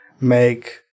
make